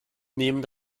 nehmen